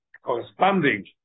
corresponding